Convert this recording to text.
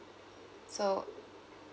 so